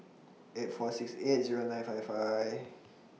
eight four six eight Zero nine five five